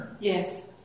yes